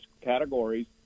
categories